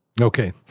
Okay